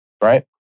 right